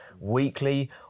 weekly